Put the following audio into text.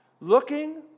looking